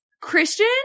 Christian